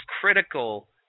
critical